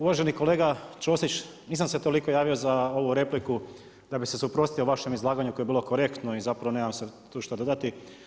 Uvaženi kolega Ćosić nisam se toliko javio za ovu repliku da bih se suprotstavio vašem izlaganju koje je bilo korektno i zapravo nema se tu šta dodati.